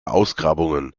ausgrabungen